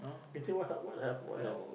Genting what have what have what have